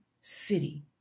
city